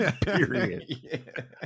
Period